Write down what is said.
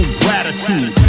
gratitude